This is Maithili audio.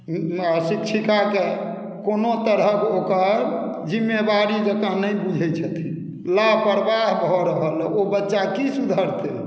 शिक्षिकाके कओनो तरहक ओकर जिम्मेवारी जकाँ नहि बुझैत छथिन लापरवाह भऽ रहल है ओ बच्चा की सुधरते